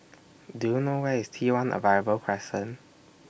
Do YOU know Where IS T one Arrival Crescent